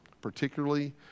particularly